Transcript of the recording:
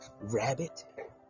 rabbit